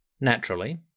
Naturally